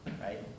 right